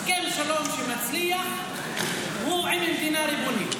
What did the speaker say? הסכם שלום שמצליח הוא עם מדינה ריבונית.